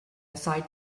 side